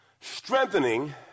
strengthening